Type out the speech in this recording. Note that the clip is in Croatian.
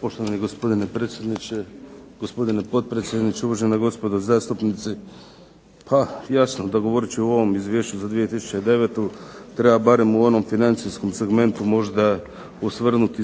Poštovani gospodine predsjedniče, gospodine potpredsjedniče, uvažena gospodo zastupnici. Pa jasno da govoreći i o ovom izvješću za 2009. treba barem u onom financijskom segmentu možda osvrnuti